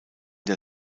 der